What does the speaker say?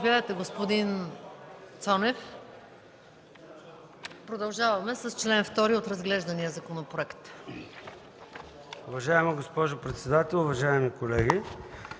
господин Цонев – продължаваме с чл. 2 от разглеждания законопроект.